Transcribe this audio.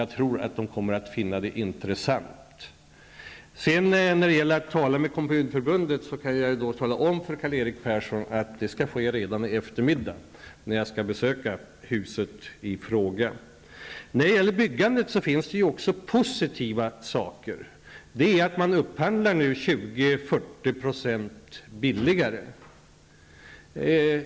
Jag tror att de kommer att finna det intressant. Samtal med kommunförbundet kommer att ske redan i eftermiddag, när jag skall besöka huset i fråga. Det finns även det som är positivt på byggmarknaden. Man upphandlar nu 20--40 % billigare.